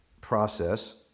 process